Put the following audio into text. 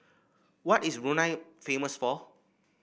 what is Brunei famous for